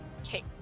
Okay